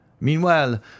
Meanwhile